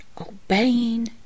obeying